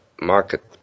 market